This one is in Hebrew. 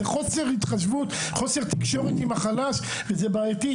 זה חוסר התחשבות, חוסר תקשורת עם החלש וזה בעייתי.